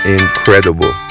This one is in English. incredible